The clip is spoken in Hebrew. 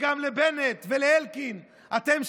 וגם לבנט ולאלקין: אתם,